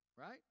Right